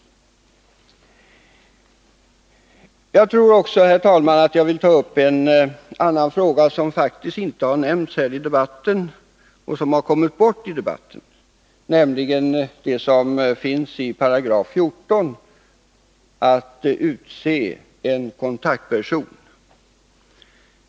Jag vill också, herr talman, ta upp en annan fråga som inte förekommit i debatten och inte nämnts, nämligen frågan om 148 — att utse en kontaktperson.